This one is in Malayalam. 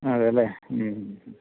അതെ അല്ലേ ഉ ഹും